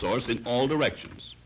source in all directions